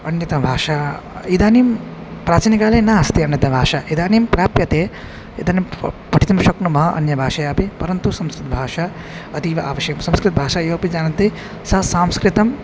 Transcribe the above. अन्यभाषा इदानीं प्राचीनकाले नास्ति अन्यभाषा इदानीं प्राप्यते इदानीं पठितुं शक्नुमः अन्यभाषया अपि परन्तु संस्कृतभाषा अतीव आवश्यकं संस्कृतभाषा योपि जानन्ति सः सांस्कृतम्